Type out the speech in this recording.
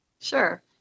Sure